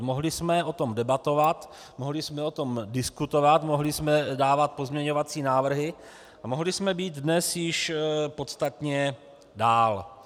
Mohli jsme o tom debatovat, mohli jsme o tom diskutovat, mohli jsme dávat pozměňovací návrhy a mohli jsme již dnes být podstatně dál.